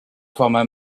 format